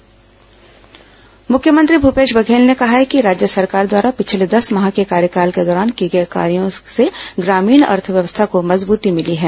मुख्यमंत्री प्रेस से मिलिए कार्यक्रम मुख्यमंत्री भूपेश बघेल ने कहा है कि राज्य सरकार द्वारा पिछले दस माह के कार्यकाल के दौरान किए गए कार्यो से ग्रामीण अर्थव्यवस्था को मजबूती भिली है